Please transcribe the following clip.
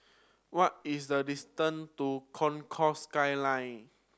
what is the distant to Concourse Skyline